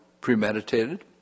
premeditated